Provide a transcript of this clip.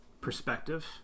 perspective